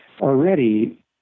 already